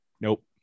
Nope